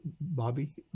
Bobby